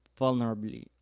vulnerably